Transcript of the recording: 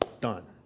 done